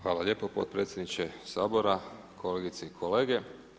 Hvala lijepo potpredsjedniče Sabora, kolegice i kolege.